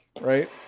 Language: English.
right